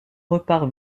repart